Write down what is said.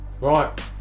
Right